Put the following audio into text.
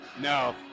No